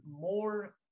more